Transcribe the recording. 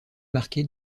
marqué